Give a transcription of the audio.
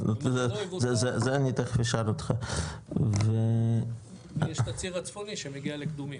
אז זה אני תיכף אשאל אותך ו- ויש את הציר הצפוני שמגיע לקדומים,